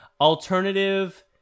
Alternative